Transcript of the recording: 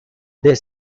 their